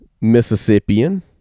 Mississippian